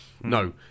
no